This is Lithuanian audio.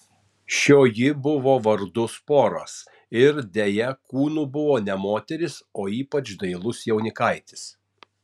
šioji buvo vardu sporas ir deja kūnu buvo ne moteris o ypač dailus jaunikaitis